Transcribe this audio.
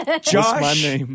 Josh